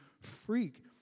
freak